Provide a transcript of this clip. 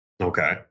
Okay